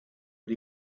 but